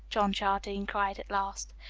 john jardine cried at last.